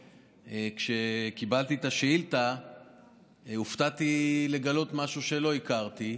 כשקיבלתי את השאילתה הופתעתי לגלות משהו שלא הכרתי.